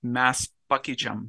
mes pakeičiam